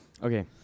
Okay